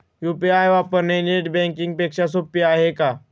UPI वापरणे net banking पेक्षा सोपे आहे का?